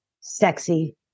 sexy